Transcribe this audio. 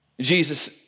Jesus